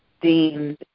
deemed